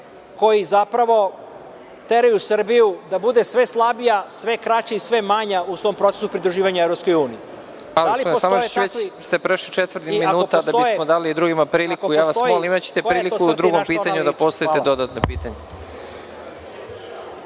koji zapravo teraju Srbiju da bude sve slabija, sve kraća i sve manja u svom procesu pridruživanja EU?(Predsednik: Gospodine Samardžiću, već ste prešli četvrti minut. Da bismo dali i drugima priliku, ja vas molim, imaćete priliku u drugom pitanju da postavite dodatna